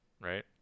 right